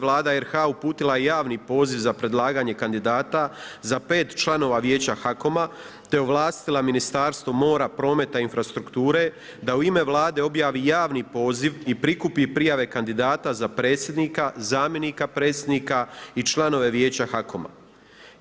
Vlada RH uputila je javni poziv za predlaganje kandidata za pet članova Vijeća HAKOM-a te ovlastima Ministarstvo mora, prometa i infrastrukture da u ime Vlade objavi javni poziv i prikupi prijave kandidata za predsjednika, zamjenika predsjednika i članove Vijeća HAKOM-a.